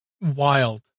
wild